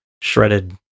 shredded